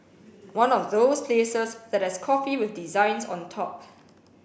one of those places that has coffee with designs on top